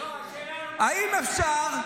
האם אפשר,